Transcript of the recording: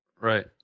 Right